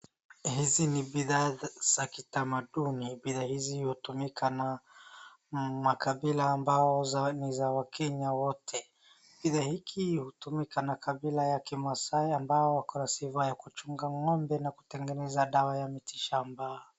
Hizi ni bidhaa za kitamaduni. Bidhaa hizi hutumika na makabila ambao ni za wakenya wote. Bidhaa hiki hutumika na kababila ya kimaasai, ambao wako na sifa ya kuchunga ng'ombe na kutengeneza dawa ya miti shamba.